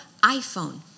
iPhone